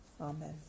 Amen